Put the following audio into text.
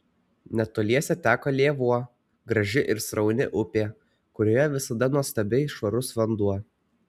netoliese teka lėvuo graži ir srauni upė kurioje visada nuostabiai švarus vanduo